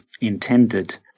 intended